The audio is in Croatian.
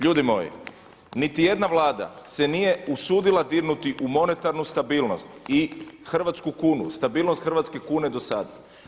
Ljudi moji, niti jedna vlada se nije usudila dirnuti u monetarnu stabilnost i hrvatsku kunu, stabilnost hrvatske kune do sada.